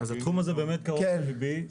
אז התחום הזה באמת קרוב לליבי,